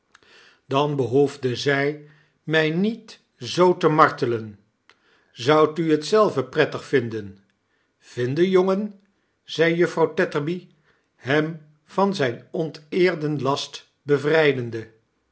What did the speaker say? dan behoefde zij mij niet zoo te martelen zoudt u t zelve prettig vinden vinden jongen zei juffrouw tetterby hem van zijn'onteerden last bevrijdende